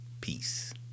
peace